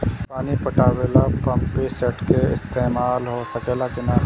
पानी पटावे ल पामपी सेट के ईसतमाल हो सकेला कि ना?